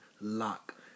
lock